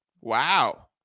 Wow